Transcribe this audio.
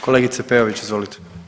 Kolegice Peović, izvolite.